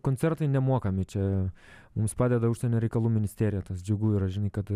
koncertai nemokami čia mums padeda užsienio reikalų ministerija tas džiugu yra žinai kad